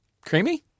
creamy